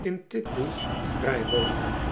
in titbull's vrij woningen